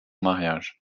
mariage